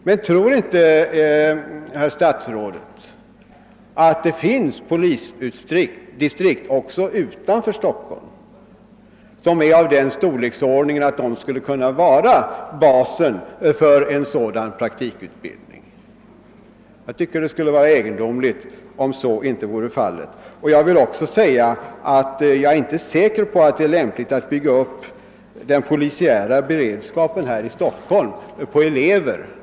Men tror inte herr statsrådet att det också utanför Stockholm finns polisdistrikt av sådan storlek att de skulle kunna vara basen för en praktikutbildning? Det skulle vara egendomligt om så inte vore fallet. Jag är inte heller säker på att det är lämpligt att bygga upp den polisiära beredskapen här i Stockholm på elever.